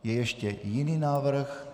Je ještě jiný návrh?